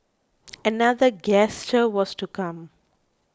another gesture was to come